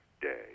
day